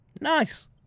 Nice